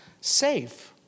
safe